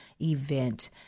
event